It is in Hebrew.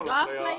זו האפליה?